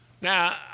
Now